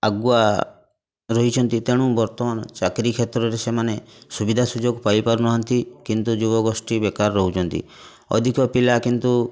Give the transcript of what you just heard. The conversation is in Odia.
ଆଗୁଆ ରହିଛନ୍ତି ତେଣୁ ବର୍ତ୍ତମାନ ଚାକିରି କ୍ଷେତ୍ରରେ ସେମାନେ ସୁବିଧା ସୁଯୋଗ ପାଇପାରୁନାହାନ୍ତି କିନ୍ତୁ ଯୁବଗୋଷ୍ଠୀ ବେକାର ରହୁଛନ୍ତି ଅଧିକ ପିଲା କିନ୍ତୁ